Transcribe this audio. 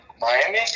Miami